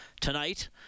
tonight